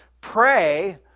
Pray